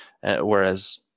whereas